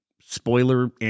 spoiler